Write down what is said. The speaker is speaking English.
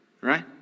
Right